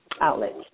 outlets